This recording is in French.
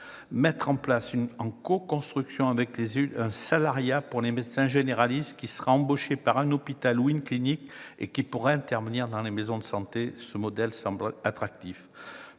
mettre en place, en coconstruction avec les élus, un salariat pour les médecins généralistes qui seraient embauchés par un hôpital ou une clinique et qui pourraient intervenir dans les MSP. Ce modèle semble attractif.